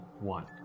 One